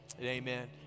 Amen